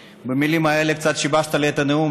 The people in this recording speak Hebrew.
ובמילים האלה קצת שיבשת לי את הנאום,